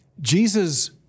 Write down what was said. Jesus